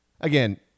Again